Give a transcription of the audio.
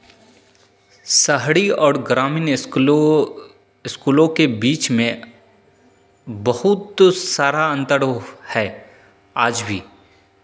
शहरी और ग्रामीण स्कूलों स्कूलों के बीच में बहुत सारा अंतर वो है आज भी